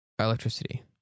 Electricity